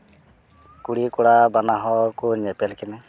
ᱠᱩᱲᱤ ᱠᱚᱲᱟ ᱵᱟᱱᱟ ᱦᱚᱲ ᱠᱚ ᱧᱮᱯᱮᱞ ᱠᱤᱱᱟᱹ